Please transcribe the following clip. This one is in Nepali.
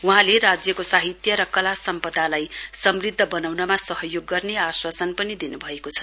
वहाँले राज्यको साहित्य र कला सम्पदालाई समुद्ध बनाउनमा सहयोग गर्ने आश्वासन पनि दिन् भएको छ